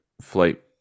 flight